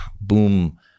boom